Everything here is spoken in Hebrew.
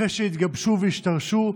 אחרי שהתגבשו והשתרשו,